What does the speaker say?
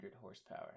horsepower